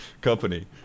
company